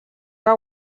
que